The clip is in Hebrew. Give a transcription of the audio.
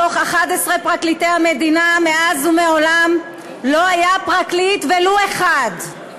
מתוך 11 פרקליטי המדינה מאז ומעולם לא היה פרקליט ולו אחד.